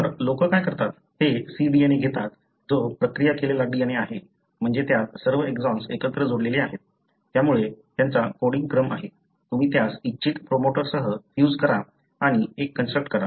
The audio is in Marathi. तर लोक काय करतात ते cDNA घेतात जो प्रक्रिया केलेला DNA आहे म्हणजे त्यात सर्व एक्सॉन्स एकत्र जोडलेले आहेत त्यामुळे त्याचा कोडिंग क्रम आहे तुम्ही त्यास इच्छित प्रोमोटरसह फ्यूज करा आणि एक कंस्ट्रक्ट करा